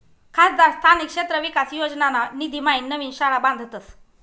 खासदार स्थानिक क्षेत्र विकास योजनाना निधीम्हाईन नवीन शाळा बांधतस